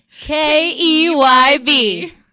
K-E-Y-B